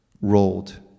rolled